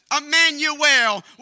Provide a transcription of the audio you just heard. Emmanuel